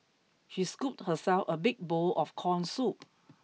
she scooped herself a big bowl of corn soup